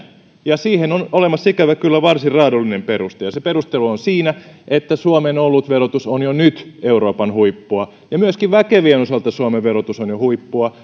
ja siihen on olemassa ikävä kyllä varsin raadollinen peruste se perustelu on siinä että suomen olutverotus on jo nyt euroopan huippua ja myöskin väkevien osalta suomen verotus on jo huippua